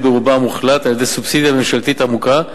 ברובה המוחלט על-ידי סובסידיה ממשלתית עמוקה,